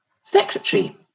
secretary